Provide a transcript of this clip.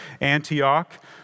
Antioch